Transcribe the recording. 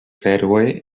fèroe